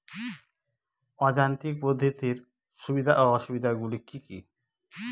অযান্ত্রিক পদ্ধতির সুবিধা ও অসুবিধা গুলি কি কি?